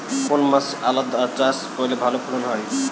কোন মাসে আদা চাষ করলে ভালো ফলন হয়?